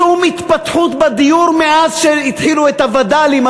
שום התפתחות בדיור מאז שהתחילו את הווד"לים,